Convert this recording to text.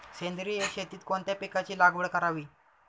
सेंद्रिय शेतीत कोणत्या पिकाची लागवड करावी?